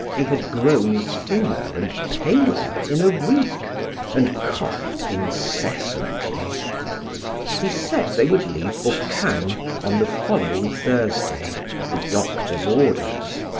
he had grown thinner and paler in a week and coughed incessantly he said they would leave for cannes on the following thursday at the doctor's orders.